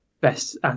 best